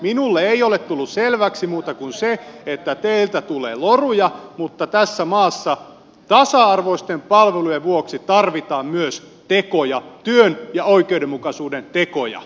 minulle ei ole tullut selväksi muuta kuin se että teiltä tulee loruja mutta tässä maassa tasa arvoisten palvelujen vuoksi tarvitaan myös tekoja työn ja oikeudenmukaisuuden tekoja